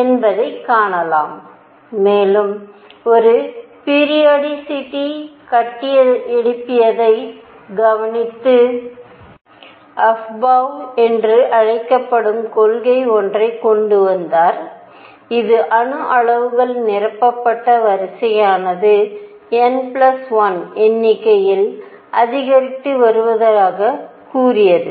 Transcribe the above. என்பதைக் காணலாம் மேலும் ஒரு பிரியோடிசிட்டி கட்டியெழுப்பியதை கவனித்து அபாவ் என்று அழைக்கப்படும் கொள்கை ஒன்றைக் கொண்டு வந்தார் இது அணு அளவுகள் நிரப்பப்பட்ட வரிசையானது n l எண்ணிக்கையில் அதிகரித்து வருவதாகக் கூறியது